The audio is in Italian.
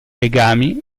legami